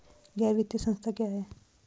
गैर वित्तीय संस्था क्या है?